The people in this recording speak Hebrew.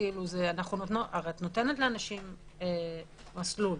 את נותנת לאנשים מסלול.